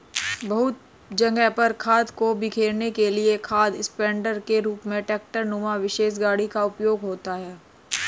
बहुत जगह पर खाद को बिखेरने के लिए खाद स्प्रेडर के रूप में ट्रेक्टर नुमा विशेष गाड़ी का उपयोग होता है